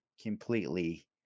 completely